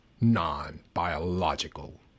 non-biological